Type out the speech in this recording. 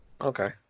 Okay